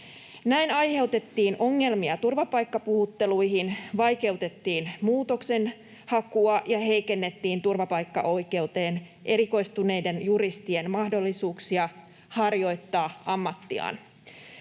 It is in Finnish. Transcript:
Näin aiheutettiin ongelmia turvapaikkapuhutteluihin, vaikeutettiin muutoksenhakua ja heikennettiin turvapaikkaoikeuteen erikoistuneiden juristien mahdollisuuksia harjoittaa ammattiaan.